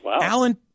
Alan